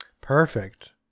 Perfect